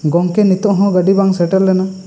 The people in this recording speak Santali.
ᱜᱚᱢᱠᱮ ᱱᱤᱛᱚᱜ ᱦᱚᱸ ᱜᱟᱹᱰᱤ ᱵᱟᱝ ᱥᱮᱴᱮᱨ ᱞᱮᱱᱟ